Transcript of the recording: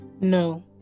No